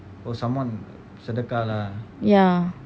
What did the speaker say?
ya